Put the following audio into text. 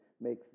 makes